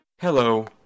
Hello